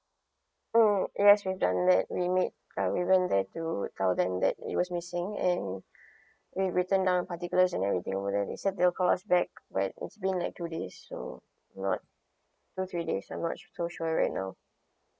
mm yes we've done it we make uh we went there to tell them that it was missing and we written down the particulars and everything over there they said they will call us back but it's been like two days so or not not three days I'm not so sure right now